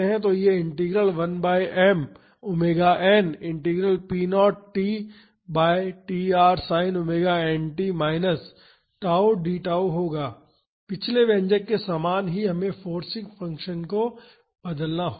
तो यह integral 1 by M omega N integral P naught T by tr sine omega N T minus tau d tau होगा पिछले व्यंजक के समान ही हमें फोर्सिंग फंक्शन को बदलना होगा